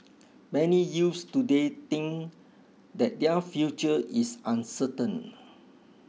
many youths today think that their future is uncertain